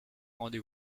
rendez